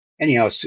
anyhow